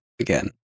again